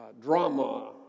Drama